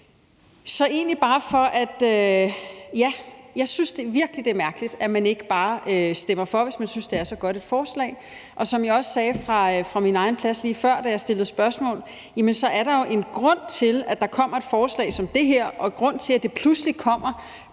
er egentlig bare for at sige, at jeg synes, det er virkelig mærkeligt, at man ikke bare stemmer for, hvis man synes, det er så godt et forslag. Og som jeg også sagde fra min egen plads lige før, da jeg stillede spørgsmål, er der jo en grund til, at der kommer et forslag som det her, og en grund til, at det pludselig kommer